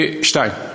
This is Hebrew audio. שתיים.